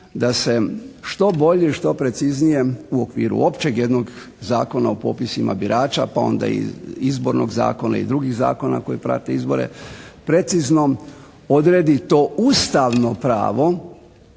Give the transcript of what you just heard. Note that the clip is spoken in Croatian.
da se što bolje i što preciznije u okviru općeg jednog Zakona o popisima birača, pa onda i iz Izbornog zakona i drugih zakona koji prate izbore precizno odredi to ustavno pravo